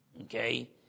okay